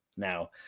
now